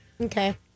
Okay